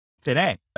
today